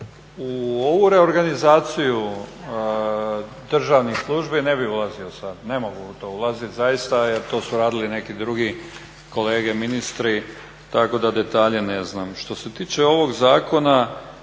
U ovu reorganizaciju državnih službi ne bih ulazio sad, ne mogu u to ulaziti zaista jer to su radili neki drugi kolege ministri tako da detalje ne znam. Što se tiče ovog zakona